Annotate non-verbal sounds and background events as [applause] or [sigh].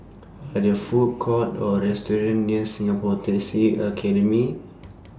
Are There Food Courts Or restaurants near Singapore Taxi Academy [noise]